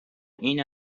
این